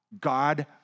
God